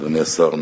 אדוני השר נהרי,